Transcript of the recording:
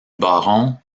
baron